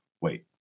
wait